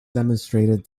demonstrated